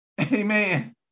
Amen